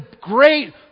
great